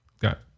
got